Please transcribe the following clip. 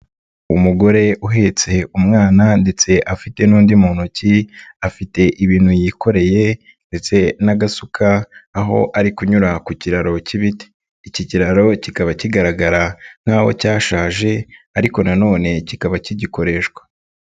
Umugore uhetse umwana ndetse afite n'undi mu ntoki afite ibintu yikoreye ndetse n'agasuka aho ari kunyura ku kiraro k'ibiti, iki kiraro kikaba kigaragara nk'aho cyashaje ariko nanone kikaba kigikoreshwa.